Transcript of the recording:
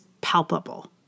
palpable